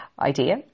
idea